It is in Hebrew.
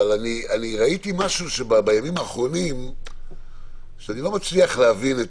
ראיתי בימים האחרונים משהו בתקשורת שאני לא מצליח להבין.